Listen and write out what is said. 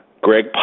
Greg